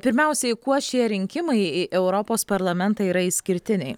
pirmiausiai kuo šie rinkimai į europos parlamentą yra išskirtiniai